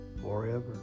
forever